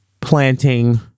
planting